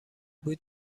بود